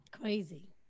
Crazy